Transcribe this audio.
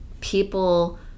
People